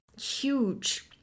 huge